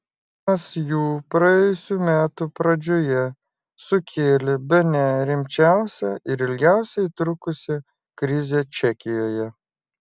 vienas jų praėjusių metų pradžioje sukėlė bene rimčiausią ir ilgiausiai trukusią krizę čekijoje